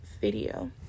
video